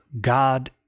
God